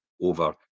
over